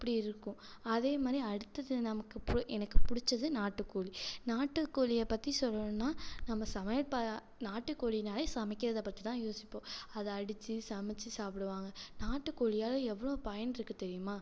அப்படி இருக்கும் அதே மாதிரி அடுத்தது நமக்குப் புடு எனக்குப் பிடிச்சது நாட்டுக்கோழி நாட்டுக்கோழியை பற்றி சொல்லணுன்னால் நம்ம சமையல் ப நாட்டுக்கோழினாலே சமைக்கறதப் பற்றி தான் யோசிப்போம் அதை அடிச்சு சமைச்சு சாப்பிடுவாங்கள் நாட்டுக்கோழியால் எவ்வளவு பயன் இருக்குது தெரியுமா